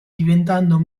diventando